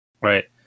right